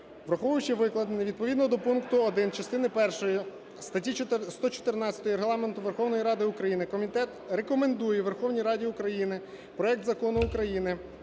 Враховуючи викладене, відповідно до пункту 1 частини першої статті 114 Регламенту Верховної Ради України комітет рекомендує Верховній Раді України проект Закону України